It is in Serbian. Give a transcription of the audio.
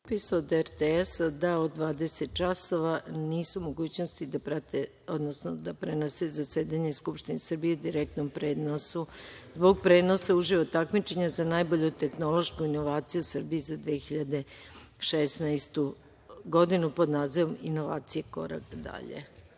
dopis od RTS da od 20,00 časova nisu u mogućnosti da prenose zasedanje Skupštine Srbije u direktnom prenosu zbog prenosa uživo takmičenja za najbolju tehnološku inovaciju Srbije za 2016. godinu, pod nazivom „Inovacije, korak dalje“.Reč